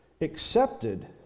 accepted